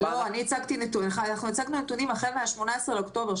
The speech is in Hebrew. אנחנו הצגנו נתונים החל מ-18 באוקטובר,